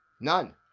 None